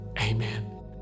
Amen